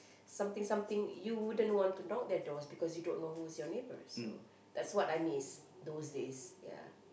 something something you wouldn't want to knock their doors because you don't know who's your neighbour so that's what I miss those days yeah